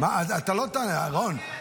אתה לא תענה, רון.